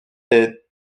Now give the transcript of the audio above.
est